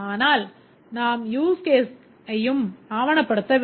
ஆனால் நாம் use cases ஐயும் ஆவணப்படுத்த வேண்டும்